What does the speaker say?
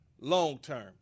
long-term